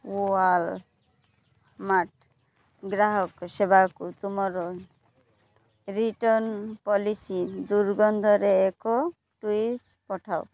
Walmart ଗ୍ରାହକ ସେବାକୁ ତୁମର ରିଟର୍ଣ୍ଣ ପଲିସି ଦୁର୍ଗନ୍ଧରେ ଏକ ଟୁଇଟ୍ ପଠାଅ